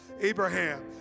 Abraham